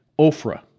Ophrah